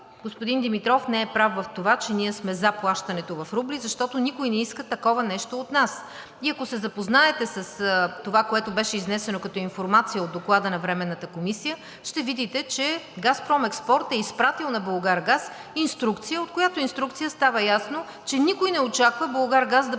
господин Димитров не е прав в това, че ние сме за плащането в рубли, защото никой не иска такова нещо от нас. И ако се запознаете с това, което беше изнесено като информация от доклада на Временната комисия, ще видите, че „Газпром Експорт“ е изпратил на „Булгаргаз“ инструкция, от която инструкция става ясно, че никой не очаква „Булгаргаз“ да плаща